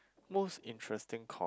most interesting course